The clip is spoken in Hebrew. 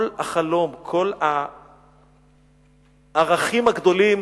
כל החלום, כל הערכים הגדולים